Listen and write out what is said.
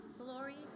Glory